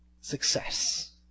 success